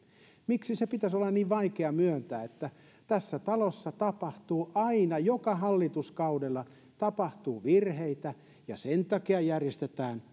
miksi sen pitäisi olla niin vaikeaa myöntää että tässä talossa tapahtuu aina joka hallituskaudella virheitä ja sen takia järjestetään